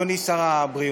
אדוני שר הבריאות.